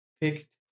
picked